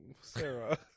Sarah